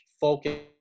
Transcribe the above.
focus